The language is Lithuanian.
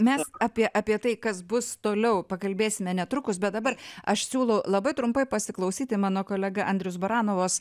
mes apie apie tai kas bus toliau pakalbėsime netrukus bet dabar aš siūlau labai trumpai pasiklausyti mano kolega andrius baranovas